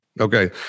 Okay